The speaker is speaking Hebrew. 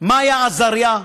מאיה עזריה,